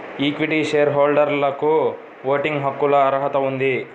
equity share హోల్డర్లకుఓటింగ్ హక్కులకుఅర్హత ఉంది